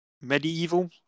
Medieval